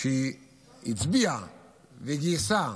שהצביעה וגייסה,